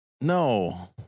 No